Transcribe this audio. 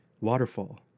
waterfall